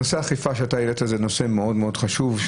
נושא האכיפה שאתה העלית זה נושא מאוד-מאוד חשוב,